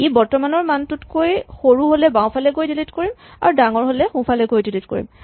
ই বৰ্তমানৰ মানটোতকৈ সৰু হ'লে বাওঁফালে গৈ ডিলিট কৰিম আৰু ডাঙৰ হ'লে সোঁফালে গৈ ডিলিট কৰিম